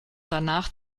danach